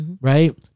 right